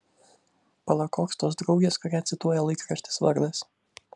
pala koks tos draugės kurią cituoja laikraštis vardas